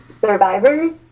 survivors